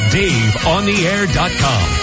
daveontheair.com